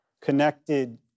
connected